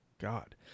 God